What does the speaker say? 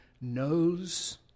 knows